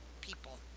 people